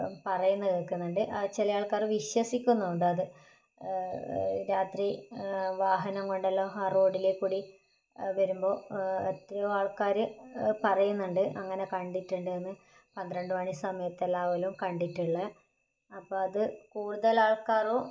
പറയുന്ന കേൾക്കുന്നുണ്ട് ചില ആൾക്കാർ വിശ്വസിക്കുന്നും ഉണ്ടത് രാത്രി വാഹനംകൊണ്ടെല്ലാം ആ റോഡിൽക്കൂടി വരുമ്പോൾ എത്രയോ ആൾക്കാർ പറയുന്നുണ്ട് അങ്ങനെ കണ്ടിട്ടുണ്ടെന്ന് പന്ത്രണ്ട് മണി സമയത്തെല്ലാവരും കണ്ടിട്ടുള്ള അപ്പം അത് കൂടുതലാൾക്കാറും